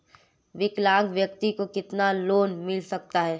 विकलांग व्यक्ति को कितना लोंन मिल सकता है?